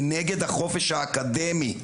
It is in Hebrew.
ונגד החופש האקדמי.